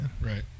Right